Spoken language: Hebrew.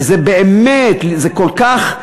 וזה באמת, זה כל כך,